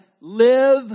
live